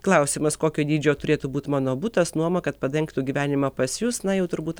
klausimas kokio dydžio turėtų būt mano butas nuoma kad padengtų gyvenimą pas jus na jau turbūt